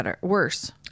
worse